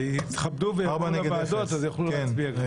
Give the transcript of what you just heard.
שיתכבדו וילכו לוועדות, אז יוכלו להצביע גם.